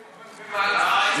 אבל במהלך השנה,